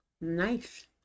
Nice